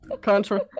Contra